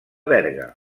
berga